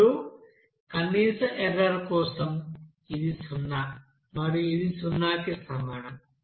ఇప్పుడు కనీస ఎర్రర్ కోసం ఇది సున్నా మరియు ఇది సున్నాకి సమానం